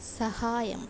സഹായം